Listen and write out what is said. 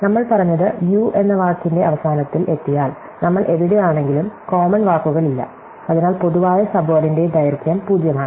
നമ്മൾ പറഞ്ഞത് യു എന്ന വാക്കിന്റെ അവസാനത്തിൽ എത്തിയാൽ നമ്മൾ എവിടെയാണെങ്കിലും കോമൺ വാക്കുകളില്ല അതിനാൽ പൊതുവായ സബ്വേഡിന്റെ ദൈർഘ്യം 0 ആണ്